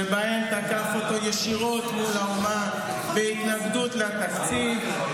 שבהן תקף אותו ישירות מול האומה בהתנגדות לתקציב,